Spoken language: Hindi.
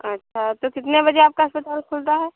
अच्छा तो कितने बजे आपका अस्पताल खुलता है